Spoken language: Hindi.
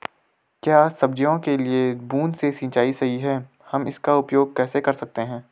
क्या सब्जियों के लिए बूँद से सिंचाई सही है हम इसका उपयोग कैसे कर सकते हैं?